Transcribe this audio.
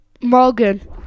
Morgan